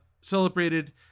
celebrated